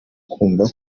kumva